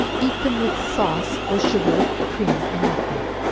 eat them with sauce, or sugar, cream and nutmeg.